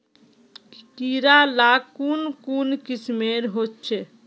कीड़ा ला कुन कुन किस्मेर होचए?